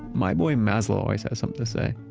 my boy mazlo has has something to say,